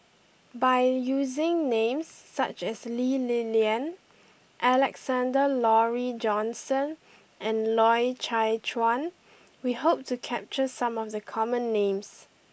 by using names such as Lee Li Lian Alexander Laurie Johnston and Loy Chye Chuan we hope to capture some of the common names